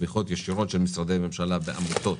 תמיכות ישירות של משרדי ממשלה בעמותות,